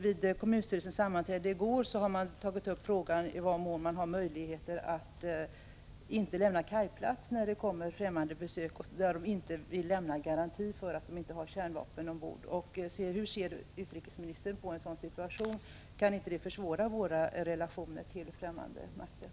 Vid kommunstyrelsens sammanträde i går tog man upp frågan om i vad mån det finns möjlighet att inte ställa kajplats till förfogande när fftämmande makt inte vill lämna garanti för att besökande fartyg inte har kärnvapen ombord. Hur ser utrikesministern på en sådan situation? Kan inte sådant försvåra våra relationer till fftämmande makter?